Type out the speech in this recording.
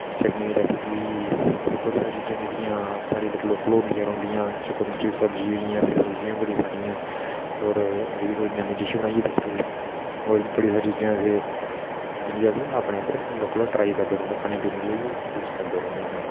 चटनी recipe होई गेई ऐसी बड़ी सारी चीजां जेहडियां साढ़े इद्धर लोकल होंदियां रोहंदियां चुकदरी सब्जी होई गेइयां ऐसी सब्जिया बी बड़ी सारियां और कोई नमी डिश बनाई दिक्खी लेई औऱ बड़ी सारी चीजां जेसे जेहडी अस अपने इद्धर लोकल ट्राई करदे रौहने हा खाने पीने लेई यूज करदे रौहने होन्ने आं